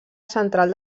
central